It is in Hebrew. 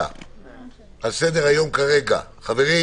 הצעת תקנות סמכויות מיוחדות להתמודדות עם